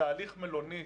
תהליך מלונית.